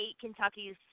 Kentucky's